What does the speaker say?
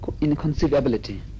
inconceivability